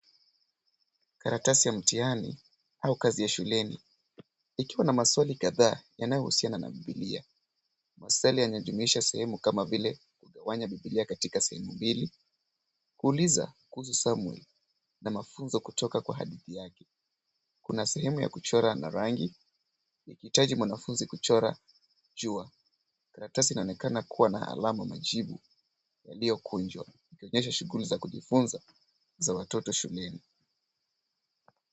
Karatasi ya mtihani au kazi ya shuleni ikiwa na maswali kadhaa yanayohusiana na bibilia. Maswali yanajumuisha sehemu kama vile kugawanya bibilia katika sehemu mbili, kuuliza kuhusu Samuel na mafunzo kutoka kwa hadithi yake. Kuna sehemu ya kuchora na rangi ikihitaji mwanafunzi kuchora jua. Karatasi inaonekana kuwa na alama majibu yaliyokunjwa yakionyesha shughuli za kujifunza za watoto shuleni.